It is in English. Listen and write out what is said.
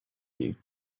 you